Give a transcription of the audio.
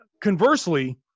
conversely